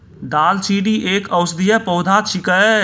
दालचीनी एक औषधीय पौधा छिकै